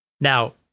Now